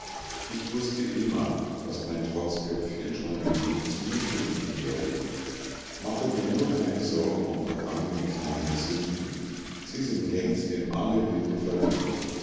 ich wußte immer daß mein trotzköpfchen schon den weg zu mir finden werde mache dir nur keine sorgen um vergangene kleine sünden sie sind längst in alle winde verweht